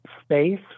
space